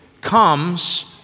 comes